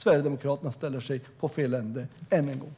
Sverigedemokraterna ställer sig, än en gång, i fel ände.